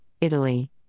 Italy